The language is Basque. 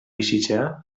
bizitzea